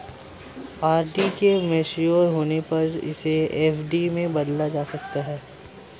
RD के mature होने पर इसे एफ.डी में बदला जा सकता है